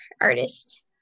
artist